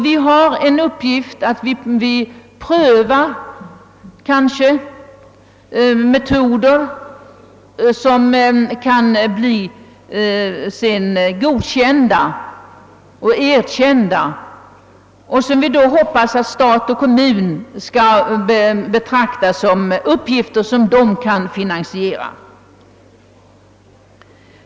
Vi prövar metoder som sedan kanske kan bli erkända och som vi hoppas stat och kommun senare kan finansiera.